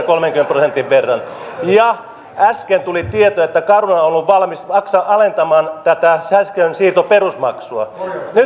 kolmenkymmenen prosentin verran ja äsken tuli tieto että caruna on ollut valmis alentamaan sähkönsiirtoperusmaksua